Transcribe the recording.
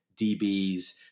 DBs